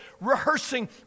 rehearsing